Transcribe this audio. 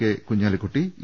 K Kunhalikutty E